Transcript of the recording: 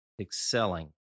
excelling